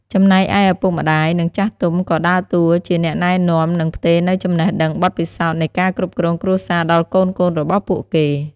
ចំណែកឯ ឪពុកម្តាយ និងចាស់ទុំក៏ដើរតួជាអ្នកណែនាំ និងផ្ទេរនូវចំណេះដឹងបទពិសោធន៍នៃការគ្រប់គ្រងគ្រួសារដល់កូនៗរបស់ពួកគេ។